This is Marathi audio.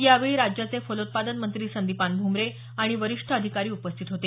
यावेळी राज्याचे फलोत्पादन मंत्री संदिपान भूमरे आणि वरिष्ठ अधिकारी उपस्थित होते